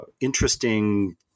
interesting